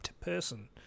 person